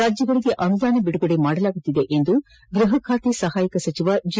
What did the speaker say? ರಾಜ್ಯಗಳಿಗೆ ಅನುದಾನ ಬಿಡುಗಡೆ ಮಾಡಲಾಗುತ್ತಿದೆ ಎಂದು ಗೃಪ ಖಾತೆ ಸಹಾಯಕ ಸಚಿವ ಜಿ